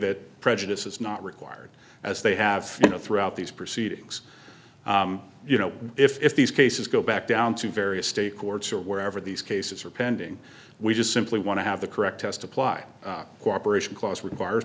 that prejudice is not required as they have you know throughout these proceedings you know if these cases go back down to various state courts or wherever these cases are pending we just simply want to have the correct test apply cooperation clause requires